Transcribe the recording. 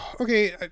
Okay